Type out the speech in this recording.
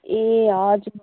ए हजुर